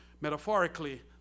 metaphorically